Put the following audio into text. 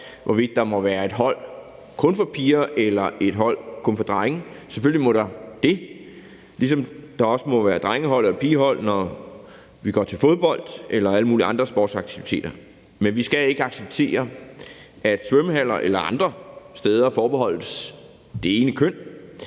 hvorvidt der må være et hold kun for piger eller et hold kun for drenge. Selvfølgelig må der det, ligesom der også må være drengehold eller pigehold, når vi går til fodbold eller alle mulige andre sportsaktiviteter. Men vi skal ikke acceptere, at svømmehaller eller andre steder forbeholdes det ene køn,